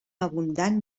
abundant